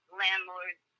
landlords